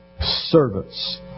servants